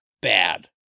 Bad